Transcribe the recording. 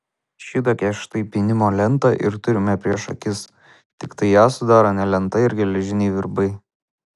šitokią štai pynimo lentą ir turime prieš akis tiktai ją sudaro ne lenta ir geležiniai virbai